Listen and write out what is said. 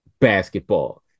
basketball